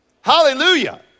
Hallelujah